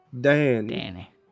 danny